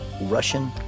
Russian